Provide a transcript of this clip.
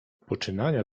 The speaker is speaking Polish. poczynania